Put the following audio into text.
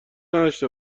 نداشته